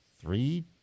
three